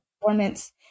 performance